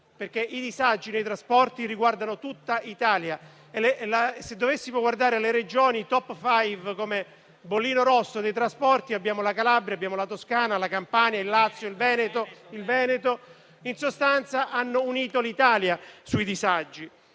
perché i disagi nei trasporti riguardano tutto il Paese. Se dovessimo guardare alle Regioni *top five* come bollino rosso dei trasporti, abbiamo la Calabria, la Toscana, la Campania, il Lazio e il Veneto. In sostanza, hanno unito l'Italia nell'ambito